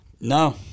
No